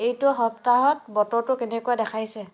এইটো সপ্তাহত বতৰটো কেনেকুৱা দেখাইছে